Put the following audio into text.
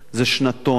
זה שנתון,